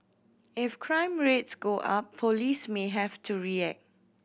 if crime rates go up police may have to react